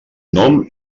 nom